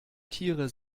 tiere